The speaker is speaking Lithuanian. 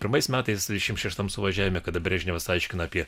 pirmais metais dvidešimt šeštam suvažiavime kada brežnevas aiškina apie